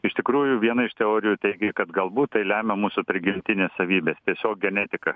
iš tikrųjų viena iš teorijų teigė kad galbūt tai lemia mūsų prigimtinės savybės tiesiog genetika